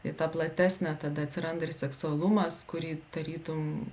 į tą platesnę tada atsiranda ir seksualumas kurį tarytum